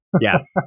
Yes